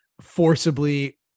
forcibly